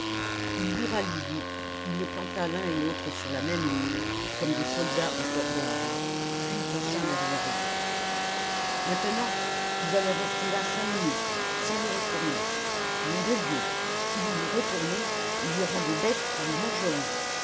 il bourra lydie il les planta l'un et l'autre sur la même ligne comme des soldats au port d'armes puis passant derrière eux maintenant vous allez rester là cinq minutes sans vous retourner nom de dieu si vous vous retournez il y aura des bêtes qui vous mangeront